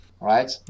right